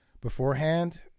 beforehand